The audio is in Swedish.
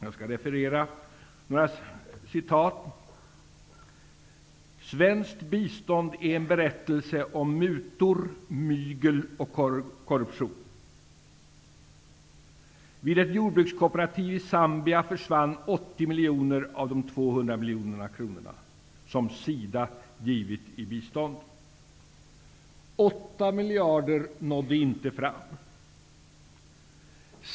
Jag skall referera några citat: ''Svenskt bistånd är en berättelse om mutor, mygel och korruption.'' ''Vid ett jordbrukskooperativ i Zambia försvann 80 milj.kr. av de 200 milj.kr. som SIDA givit i bistånd.'' ''8 mdr har inte nått fram.''